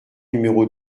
numéro